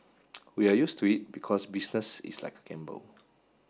we are used to it because business is like a gamble